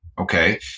Okay